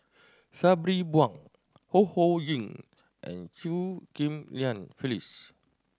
Sabri Buang Ho Ho Ying and Chew Ghim Lian Phyllis